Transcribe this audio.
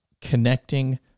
connecting